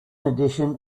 addition